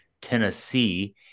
Tennessee